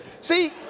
See